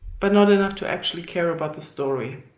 but not enough to actually care about the story.